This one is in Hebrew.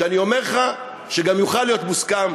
שאני אומר לך שגם יוכל להיות מוסכם,